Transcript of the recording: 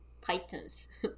pythons